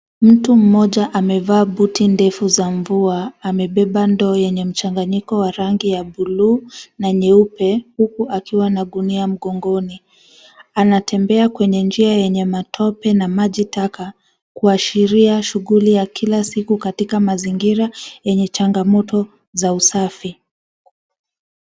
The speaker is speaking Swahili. Mtu mmoja amevaa buti ndefu za mvua, amebeba ndoo yenye mchanganyiko wa rangi ya buluu na nyeupe, huku akiwa na gunia mgongoni. Anatembea kwenye njia yenye matope na maji taka, kuashiria shughuli ya kila siku katika mazingira yenye changamoto za usafi.